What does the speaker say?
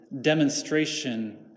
demonstration